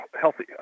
healthy